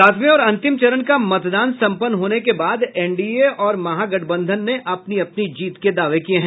सातवें और अंतिम चरण का मतदान सम्पन्न होने के बाद एनडीए और महागठबंधन ने अपनी अपनी जीत के दावे किए हैं